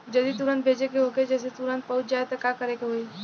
जदि तुरन्त भेजे के होखे जैसे तुरंत पहुँच जाए त का करे के होई?